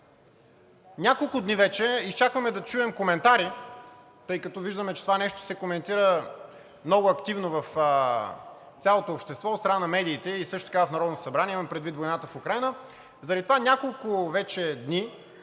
Няколко дни вече изчакваме да чуем коментари, тъй като виждаме, че това нещо се коментира много активно в цялото общество от страна на медиите и също така в Народното събрание, имам предвид войната в Украйна, заради това няколко вече дни